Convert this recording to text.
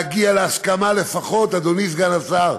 להגיע להסכמה, לפחות, אדוני השר,